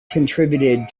contributed